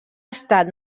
estat